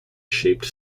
shaped